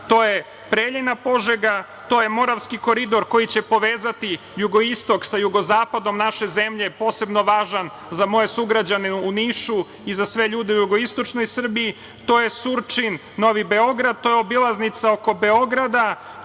to je Preljina-Požega, to je Moravski koridor koji će povezati jugoistok sa jugozapadom naše zemlje, posebno važan za moje sugrađane u Nišu i za sve ljude u jugoistočnoj Srbiji, to je Surčin-Novi Beograd, to je obilaznica oko Beograda,